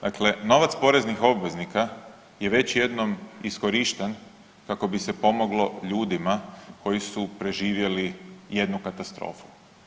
Dakle, novac poreznih obveznika je već jednom iskorišten kako bi se pomoglo ljudima koji su preživjeli jednu katastrofu.